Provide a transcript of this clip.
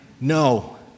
no